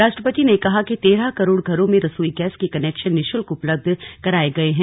राष्ट्रपति ने कहा कि तेरह करोड़ घरों में रसोई गैस के कनेक्शन निशुल्क उपलब्ध कराए गए हैं